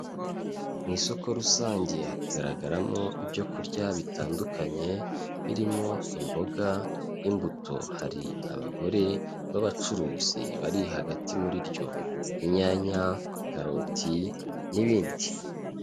Mu isoko rusange hari kugaragaramo ibyokurya bitandukanye birimo imboga, imbuto; hari abagore b'abacuruzi bari hagati muri ryo, inyanya, karoti, n'ibindi.